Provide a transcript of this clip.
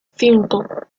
cinco